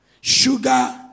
sugar